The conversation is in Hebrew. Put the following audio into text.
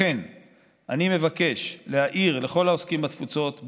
לכן אני מבקש להעיר לכל העוסקים בתפוצות,